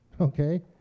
okay